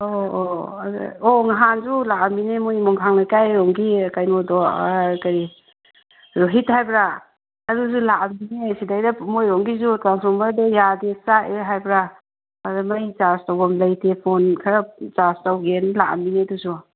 ꯑꯣ ꯑꯣ ꯑꯗꯨ ꯑꯣ ꯅꯍꯥꯟꯁꯨ ꯂꯥꯛꯑꯝꯃꯤꯅꯦ ꯃꯣꯏ ꯃꯣꯡꯈꯥꯡ ꯂꯩꯀꯥꯏꯔꯣꯝꯒꯤ ꯀꯩꯅꯣꯗꯣ ꯀꯔꯤ ꯔꯣꯍꯤꯠ ꯍꯥꯏꯕ꯭ꯔꯥ ꯑꯗꯨꯁꯨ ꯂꯥꯛꯑꯝꯃꯤꯅꯦ ꯁꯤꯗꯩꯗ ꯃꯣꯏꯔꯣꯝꯒꯤꯁꯨ ꯇ꯭ꯔꯥꯟꯁꯐꯣꯔꯃꯔꯗꯨ ꯌꯥꯗꯦ ꯆꯥꯛꯑꯦ ꯍꯥꯏꯕ꯭ꯔꯥ ꯑꯗ ꯃꯩ ꯆꯥꯔꯖ ꯇꯧꯐꯝ ꯂꯩꯇꯦ ꯐꯣꯟ ꯈꯔ ꯆꯥꯔꯖ ꯇꯧꯒꯦꯅ ꯂꯥꯛꯑꯝꯃꯤꯅꯦ ꯑꯗꯨꯁꯨ